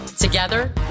Together